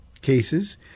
cases